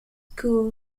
school